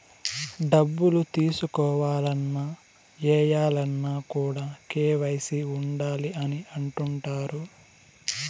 డబ్బులు తీసుకోవాలన్న, ఏయాలన్న కూడా కేవైసీ ఉండాలి అని అంటుంటారు